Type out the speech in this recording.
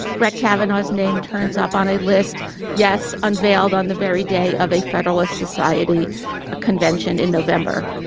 brett kavanaugh's name turns up on a list yes, unveiled on the very day of a federalist society ah convention in november